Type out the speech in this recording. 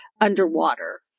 underwater